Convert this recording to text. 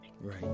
Right